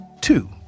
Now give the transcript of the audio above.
Two